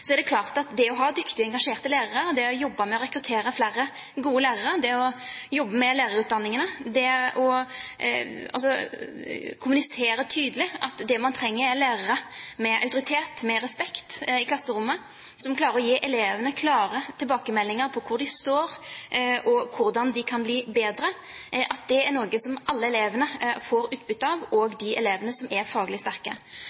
er den viktigste faktoren for det – er det klart at det å ha dyktige og engasjerte lærere, det å jobbe med å rekruttere flere gode lærere, det å jobbe med lærerutdanningene, og det å kommunisere tydelig at det man trenger, er lærere med autoritet, med respekt i klasserommet, som klarer å gi elevene klare tilbakemeldinger på hvor de står, og hvordan de kan bli bedre, er noe som alle elevene får utbytte av,